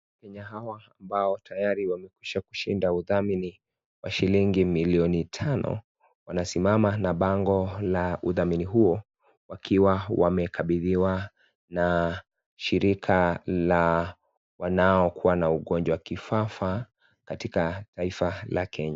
Wakenya hawa ambao tayari wamekwisha kushinda uthamini wa shilingi milioni tano wanasimama na bango la uthamini huo wakiwa wamekabidhiwa na shirika la wanao kuwa na ugonjwa wa kifafa katika taifa la Kenya.